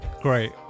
Great